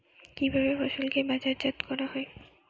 কিভাবে ফসলকে বাজারজাত করা হয়?